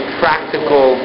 practical